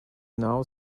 now